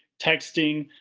texting,